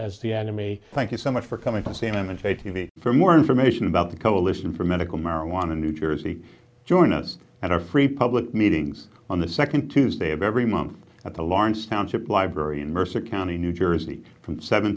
as the enemy thank you so much for coming to see him and for more information about the coalition for medical marijuana new jersey join us at our free public meetings on the second tuesday of every month at the lawrence township library in mercer county new jersey from seven